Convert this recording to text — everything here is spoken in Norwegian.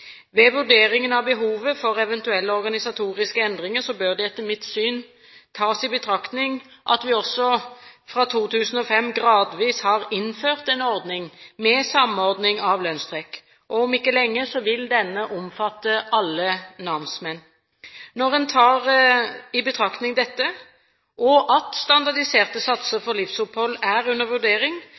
Ved vurderingen av behovet for eventuelle organisatoriske endringer bør det etter mitt syn tas i betraktning at vi også fra 2005 gradvis har innført en ordning med samordning av lønnstrekk. Om ikke lenge vil denne omfatte alle namsmenn. Når en tar dette i betraktning, og at standardiserte satser for livsopphold er under vurdering,